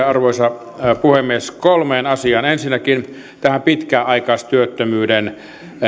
arvoisa puhemies neljään asiaan ensinnäkin tähän pitkäaikaistyöttömyyden